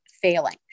failing